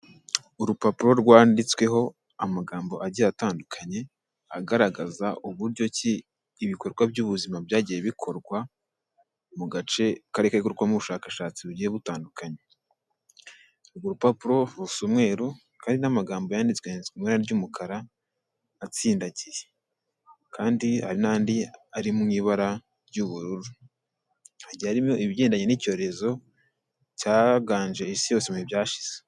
Urupapuro rwanditsweho amagambo agiye atandukanye, agaragaza uburyoki ibikorwa by'ubuzima byagiye bikorwa mu gace karimo gakorerwamo ubushakashatsi bugiye butandukanye. Urwo rupapuro rusa umweruru kandi n'amagambo yanditswe yanditse mu ibara ry'umukara atsindagiye, kandi hari n'andi ari mu ibara ry'ubururu. Hagiye harimo ibigendanye n'icyorezo cyaganje isi yose mu bihe byashize.